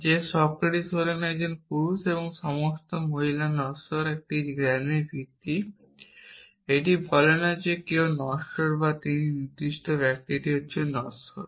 যে সক্রেটিস হলেন পুরুষ এবং সমস্ত মহিলা নশ্বর একটি জ্ঞানের ভিত্তি এটি বলে না যে কেউ নশ্বর কোন নির্দিষ্ট ব্যক্তি নশ্বর